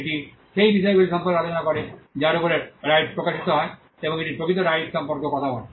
এটি সেই বিষয়গুলি সম্পর্কে আলোচনা করে যার উপরে রাইটস প্রকাশিত হয় এবং এটি প্রকৃত রাইটস সম্পর্কেও কথা বলে